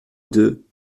deux